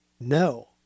No